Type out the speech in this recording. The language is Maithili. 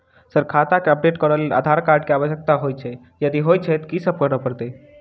सर खाता केँ अपडेट करऽ लेल आधार कार्ड केँ आवश्यकता होइ छैय यदि होइ छैथ की सब करैपरतैय?